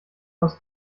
aus